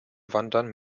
wandern